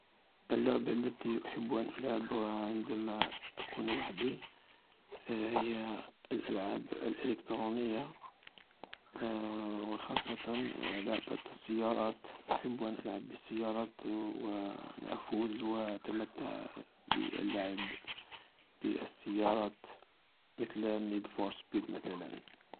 اللعبة التي أحب أن ألعبها عندما أكون وحدي هي الألعاب الإلكترونية و خاصة لعبة السيارات أحب أن ألعب بالسيارات و أن أفوز و أتمتع باللعب بالسيارات مثل نييد فور سپيد مثلا.